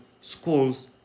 schools